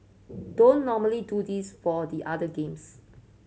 don't normally do this for the other games